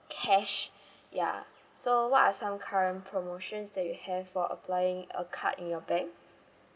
cash ya so what are some current promotions that you have for applying a card in your bank